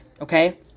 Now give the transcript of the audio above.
okay